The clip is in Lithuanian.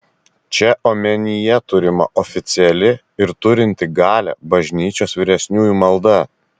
čia omenyje turima oficiali ir turinti galią bažnyčios vyresniųjų malda